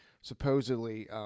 supposedly